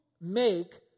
make